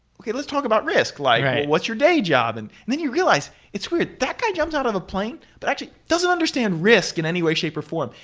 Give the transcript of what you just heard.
okay. let's talk about risk. like what's you day job? and then you realize, it's weird, that guy jumps out of a plane? but he doesn't understand risk in any way, shape or form.